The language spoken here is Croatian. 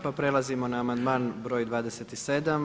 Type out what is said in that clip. Pa prelazimo na amandman broj 27.